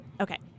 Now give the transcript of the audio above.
Okay